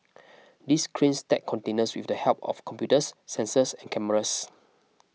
these cranes stack containers with the help of computers sensors and cameras